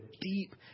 deep